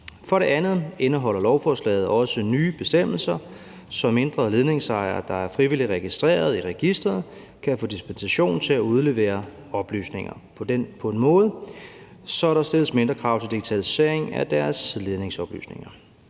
For det andet indeholder lovforslaget også nye bestemmelser, så ledningsejere, der er frivilligt registreret i registeret, kan få dispensation til at udlevere oplysninger på en måde, så der stilles mindre krav til digitaliseringen af deres ledningsoplysninger.